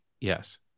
yes